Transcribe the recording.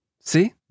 See